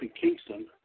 Kingston